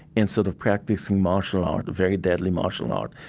instead of practicing martial art, a very deadly martial art,